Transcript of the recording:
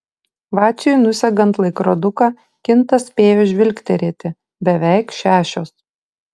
vaciui nusegant laikroduką kintas spėjo žvilgterėti beveik šešios